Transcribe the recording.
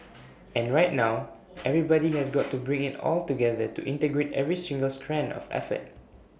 and right now everybody has got to bring IT all together to integrate every single strand of effort